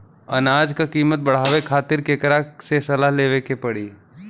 अनाज क कीमत बढ़ावे खातिर केकरा से सलाह लेवे के पड़ी?